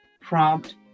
prompt